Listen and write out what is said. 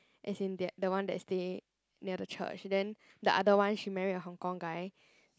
as in they the one that stay near the church then the other one she married a Hong Kong guy